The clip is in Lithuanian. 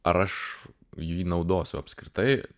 ar aš jį naudosiu apskritai